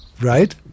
right